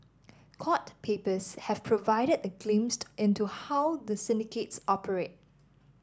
court papers have provided a into how the syndicates operate